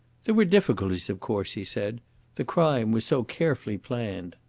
there were difficulties, of course, he said the crime was so carefully planned.